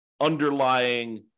underlying